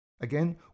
Again